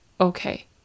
okay